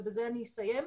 ובזה אני אסיים,